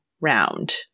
Round